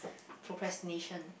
procrastination